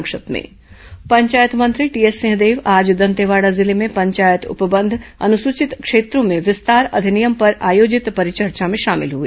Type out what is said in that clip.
संक्षिप्त समाचार पंचायत मंत्री टीएस सिंहदेव आज दंतेवाड़ा जिले में पंचायत उपबंध अनुसूचित क्षेत्रों में विस्तार अधिनियम पर आयोजित परिचर्चा में शामिल हुए